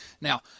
now